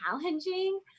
challenging